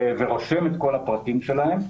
ורושם את כל הפרטים שלהם,